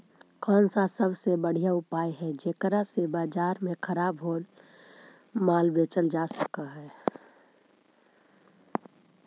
कौन सा सबसे बढ़िया उपाय हई जेकरा से बाजार में खराब होअल माल बेचल जा सक हई?